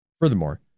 Furthermore